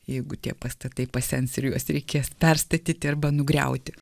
jeigu tie pastatai pasens ir juos reikės perstatyti arba nugriauti